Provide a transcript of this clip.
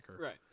Right